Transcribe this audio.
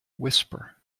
whisper